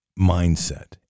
mindset